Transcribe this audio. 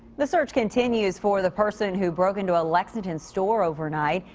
the search continues for the person. who broke into a lexington store overnight.